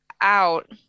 out